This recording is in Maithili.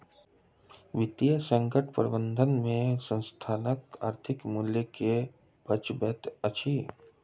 वित्तीय संकट प्रबंधन में संस्थानक आर्थिक मूल्य के बचबैत अछि